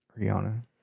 Rihanna